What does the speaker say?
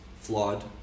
flawed